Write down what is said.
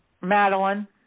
Madeline